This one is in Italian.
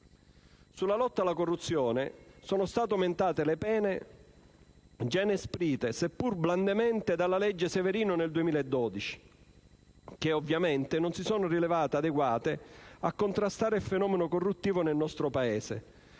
Sulla lotta alla corruzione sono state aumentate le pene, già inasprite, seppur blandamente, dalla legge Severino nel 2012 e che ovviamente non si sono rivelate adeguate a contrastare il fenomeno corruttivo nel nostro Paese.